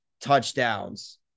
touchdowns